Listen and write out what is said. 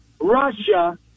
Russia